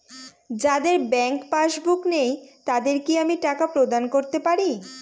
যাদের bank passbook নেই তাদের কি আমি টাকা প্রদান করতে পারি?